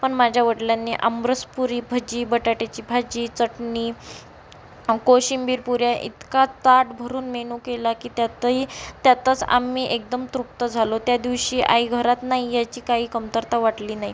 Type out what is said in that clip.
पण माझ्या वडिलांनी आमरस पुरी भजी बटाट्याची भाजी चटणी कोशिंबीर पुऱ्या इतका ताट भरून मेनू केला की त्यातही त्यातच आम्ही एकदम तृप्त झालो त्या दिवशी आई घरात नाही याची काही कमतरता वाटली नाही